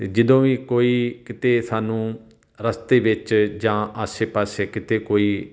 ਅਤੇ ਜਦੋਂ ਵੀ ਕੋਈ ਕਿਤੇ ਸਾਨੂੰ ਰਸਤੇ ਵਿੱਚ ਜਾਂ ਆਸੇ ਪਾਸੇ ਕਿਤੇ ਕੋਈ